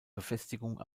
befestigung